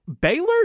Baylor